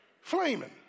Flaming